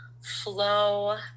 flow